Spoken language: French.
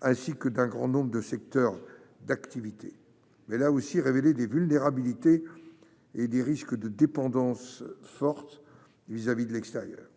ainsi que d'un grand nombre de secteurs d'activité, mais elle a aussi révélé des vulnérabilités et des risques de dépendance forte vis-à-vis de l'extérieur